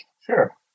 Sure